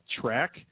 track